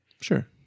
Sure